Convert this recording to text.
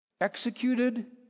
executed